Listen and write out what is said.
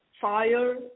fire